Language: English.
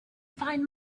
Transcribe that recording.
find